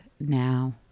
now